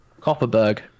Copperberg